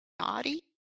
naughty